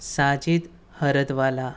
Sajid Hardwala